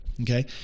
Okay